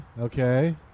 Okay